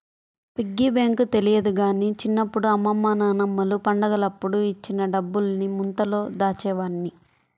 piggy bank తెలియదు గానీ చిన్నప్పుడు అమ్మమ్మ నాన్నమ్మలు పండగలప్పుడు ఇచ్చిన డబ్బుల్ని ముంతలో దాచేవాడ్ని